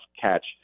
catch